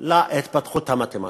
להתפתחות המתמטית.